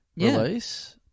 release